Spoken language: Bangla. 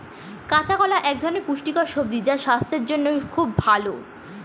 কাঁচা কলা এক পুষ্টিকর সবজি যেটা স্বাস্থ্যের জন্যে খুব ভালো